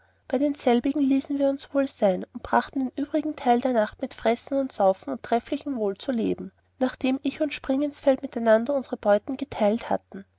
bei denselbigen ließen wir uns wohl sein und brachten den übrigen teil der nacht mit fressen und saufen und trefflichem wohl leben zu nachdem ich und springinsfeld miteinander unsere beuten geteilet hatten